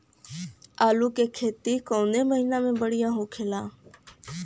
आलू क खेती कवने महीना में बढ़ियां होला?